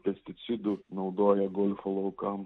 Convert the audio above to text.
pesticidų naudoja golfo laukam